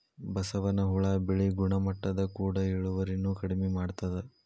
ಬಸವನ ಹುಳಾ ಬೆಳಿ ಗುಣಮಟ್ಟದ ಕೂಡ ಇಳುವರಿನು ಕಡಮಿ ಮಾಡತಾವ